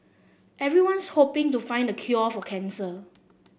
everyone's hoping to find the cure for cancer